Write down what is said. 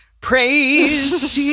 praise